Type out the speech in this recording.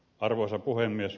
arvoisa puhemies